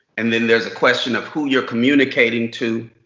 and then there's a question of who you're communicating to.